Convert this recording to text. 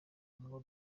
ngo